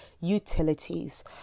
utilities